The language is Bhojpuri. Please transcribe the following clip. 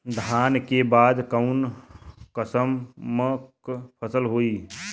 धान के बाद कऊन कसमक फसल होई?